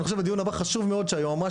אני חושב הדיון הבא חשוב מאוד שהיועמ"שית